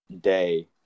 day